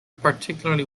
particularly